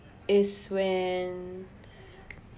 is when